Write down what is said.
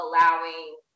allowing